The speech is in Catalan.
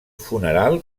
funeral